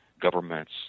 governments